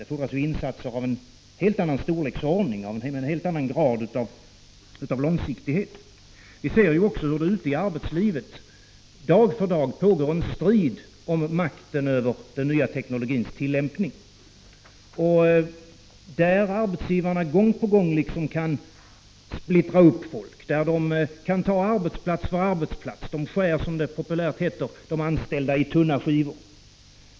Det fordras insatser av en helt annan storleksordning, med en helt annan grad av långsiktighet. Vi ser också hur det ute i arbetslivet dag för dag pågår en strid om makten över den nya teknologins tillämpning. Arbetsgivarna kan gång på gång liksom splittra upp folk, de kan ta arbetsplats för arbetsplats. De skär, som det populärt heter, de anställda i tunna skivor.